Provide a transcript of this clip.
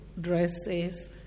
dresses